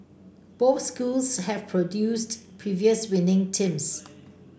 both schools have produced previous winning teams